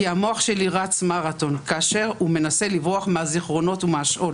כי המוח שלי מרתון כאשר הוא מנסה לברוח מהזיכרונות ומהשאול.